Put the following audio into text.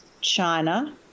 china